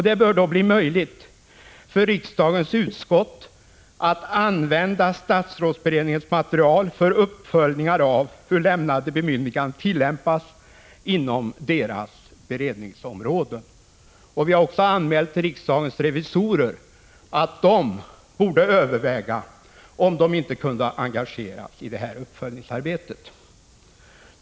Det bör då bli möjligt för riksdagens utskott att använda statsrådsberedningens material för uppföljningar av hur lämnade bemyndiganden tillämpas inom deras beredningsområden. Vi har också anmält för riksdagens revisorer att de borde överväga om de inte kunde engageras i detta uppföljningsarbete.